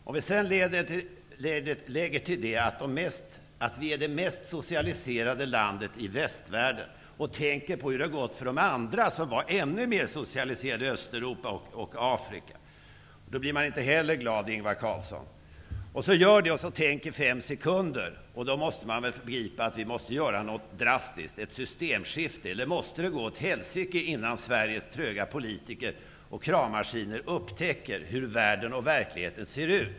Om vi till allt detta lägger att Sverige är det mest socialiserade landet i västvärlden och tänker på hur det har gått för de andra länder i Östeuropa och Afrika som var ännu mer socialiserade, blir man inte heller glad, Ingvar Carlsson. Om man tänker i fem sekunder måste man väl begripa att något drastiskt måste göras. Det måste bli ett systemskifte. Måste det gå åt helsike innan Sveriges tröga politiker och kravmaskiner upptäcker hur världen och verkligheten ser ut?